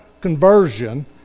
conversion